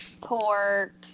pork